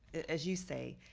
as you say,